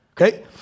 Okay